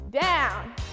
Down